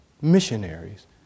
missionaries